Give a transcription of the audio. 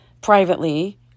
privately